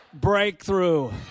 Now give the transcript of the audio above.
breakthrough